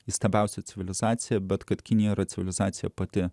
įstabiausia civilizacija bet kad kinija yra civilizacija pati